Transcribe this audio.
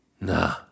Nah